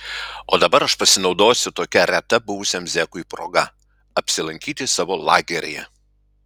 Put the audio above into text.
o dabar aš pasinaudosiu tokia reta buvusiam zekui proga apsilankyti savo lageryje